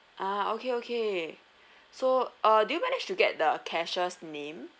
ah okay okay so uh do you managed to get the cashier's name